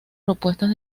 propuestas